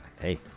Hey